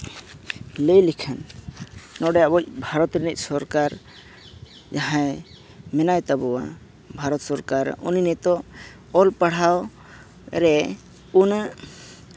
ᱞᱟᱹᱭ ᱞᱮᱠᱷᱟᱱ ᱱᱚᱰᱮ ᱟᱵᱚᱭᱤᱡᱽ ᱵᱷᱟᱨᱚᱛ ᱨᱮᱱᱤᱡ ᱥᱚᱨᱠᱟᱨ ᱡᱟᱦᱟᱸᱭ ᱢᱮᱱᱟᱭ ᱛᱟᱵᱚᱱᱟ ᱵᱷᱟᱨᱚᱛ ᱥᱚᱨᱠᱟᱨ ᱩᱱᱤ ᱱᱤᱛᱚᱜ ᱚᱞ ᱯᱟᱲᱦᱟᱣ ᱨᱮ ᱩᱱᱟᱹᱜ